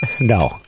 No